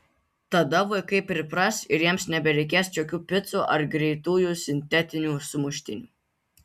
tada vaikai pripras ir jiems nebereikės jokių picų ar greitųjų sintetinių sumuštinių